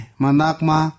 manakma